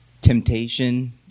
Temptation